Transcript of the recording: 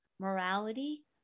Morality